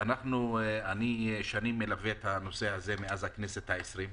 אני מלווה את הנושא הזה מאז הכנסת ה-20.